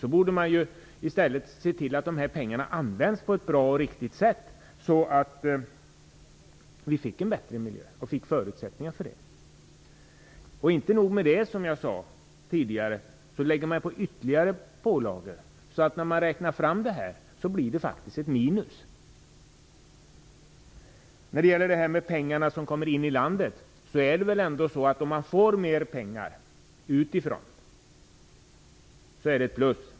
Man borde ju i stället se till att pengarna används på ett bra och riktigt sätt så att vi får en bättre miljö och förutsättningar för att skapa en sådan. Det är inte nog med det. Som jag tidigare sade lägger man på ytterligare pålagor. När man räknar fram det hela blir det faktiskt ett minus. Sedan till frågan om de pengar som kommer in i landet. Det är väl ändå så, att om man får mer pengar utifrån är det ett plus.